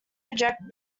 reject